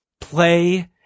Play